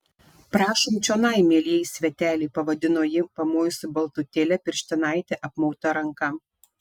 prašom čionai mielieji sveteliai pavadino ji pamojusi baltutėle pirštinaite apmauta ranka